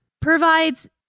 provides